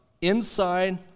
inside